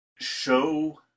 Show